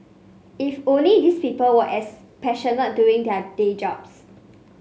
if only these people were as passionate doing their day jobs